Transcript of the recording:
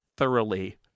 thoroughly